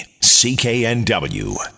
CKNW